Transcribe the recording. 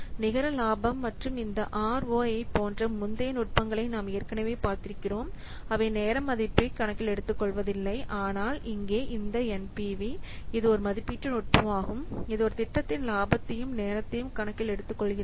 நிகர லாபம் மற்றும் இந்த ROI போன்ற முந்தைய நுட்பங்களை நாம் ஏற்கனவே பார்த்திருக்கிறோம் அவை நேர மதிப்பை கணக்கில் எடுத்துக்கொள்வதில்லை ஆனால் இங்கே இந்த NPV இது ஒரு மதிப்பீட்டு நுட்பமாகும் இது ஒரு திட்டத்தின் லாபத்தையும் நேரத்தையும் கணக்கில் எடுத்துக்கொள்கிறது